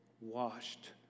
washed